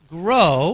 grow